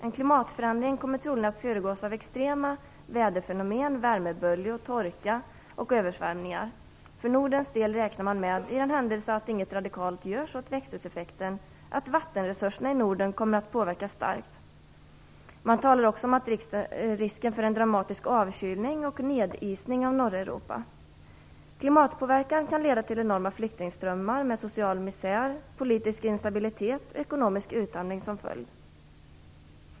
En klimatförändring kommer troligen att föregås av extrema väderfenomen, värmeböljor, torka och översvämningar. För Nordens del räknar man med, i den händelse att inget radikalt görs åt växthuseffekten, att vattenresurserna kommer att påverkas starkt. Man talar också om risken för en dramatisk avkylning och nedisning av norra Europa. Klimatpåverkan kan leda till enorma flyktingströmmar, med social misär, politisk instabilitet och ekonomisk utarmning som följd.